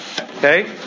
Okay